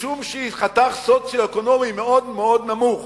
משום שהיא בחתך סוציו-אקונומי מאוד מאוד נמוך,